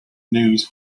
news